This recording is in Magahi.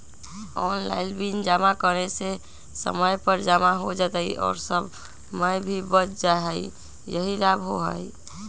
ऑनलाइन बिल जमा करे से समय पर जमा हो जतई और समय भी बच जाहई यही लाभ होहई?